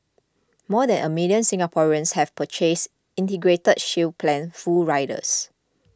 more than a million Singaporeans have purchased Integrated Shield Plan full riders